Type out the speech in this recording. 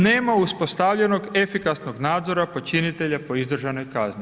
Nema uspostavljenog efikasnog nadzora počinitelja po izdržanoj kazni.